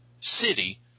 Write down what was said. city